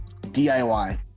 DIY